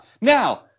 now